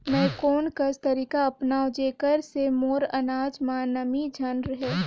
मैं कोन कस तरीका अपनाओं जेकर से मोर अनाज म नमी झन रहे?